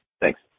Thanks